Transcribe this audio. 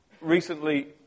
Recently